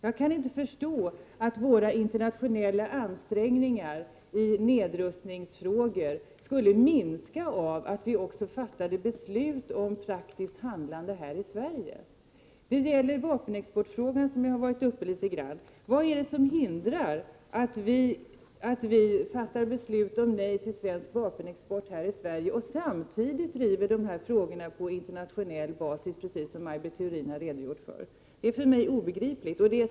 Jag kan inte inse att våra internationella ansträngningar i nedrustningsfrågor skulle minska av att vi också fattade beslut om ett praktiskt handlande här i Sverige. Det gäller t.ex. vapenexportfrågan, som har varit uppe litet grand. Vad är det som hindrar att vi fattar beslut om ett nej till svensk vapenexport och samtidigt driver de här frågorna på internationell basis, precis som Maj Britt Theorin har redogjort för? Det är för mig obegripligt.